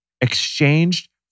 exchanged